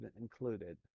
included